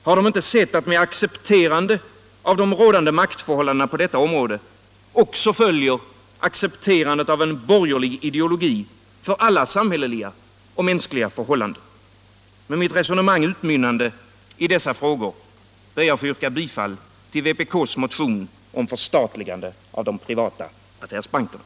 Har de inte sett att med accepterandet av rådande maktförhållanden på detta område också följer accepterandet av en borgerlig ideologi för alla samhälleliga och mänskliga förhållanden? Med mitt resonemang utmynnande i dessa frågor ber jag att få yrka bifall till vpk:s motion om förstatligande av de privata affärsbankerna.